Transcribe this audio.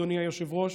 אדוני היושב-ראש,